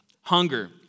hunger